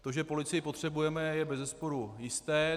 To, že policii potřebujeme, je bezesporu jisté.